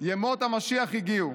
ימות המשיח הגיעו.